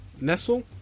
Nestle